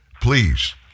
Please